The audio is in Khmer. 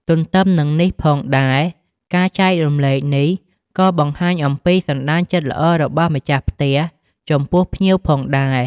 ទន្ទឹមនឹងនេះផងដែរ ការចែករំលែកនេះក៏បង្ហាញអំពី សន្តានចិត្តល្អរបស់ម្ចាស់ផ្ទះចំពោះភ្ញៀវផងដែរ។